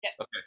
Okay